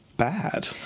Bad